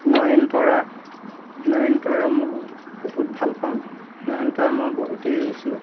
নয়নতৰা নয়নতৰা মোৰ বহুত ভাল পাওঁ নয়নতৰা মই বহুতেই ৰুইছো